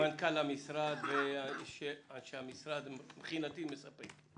מנכ"ל המשרד אנשי המשרד מבחינתי מספק.